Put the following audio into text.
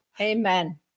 Amen